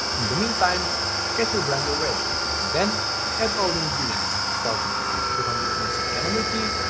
in the meantime get your blender ready and then add all the ingredients, starting with two hundred ml so of chamomile tea